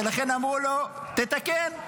ולכן אמרו לו: תתקן,